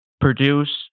produce